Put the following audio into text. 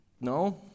No